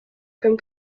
comme